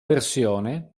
versione